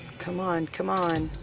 come on. come on.